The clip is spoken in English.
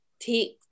take